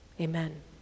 Amen